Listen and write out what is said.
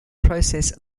process